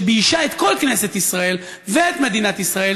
שביישה את כל כנסת ישראל ואת מדינת ישראל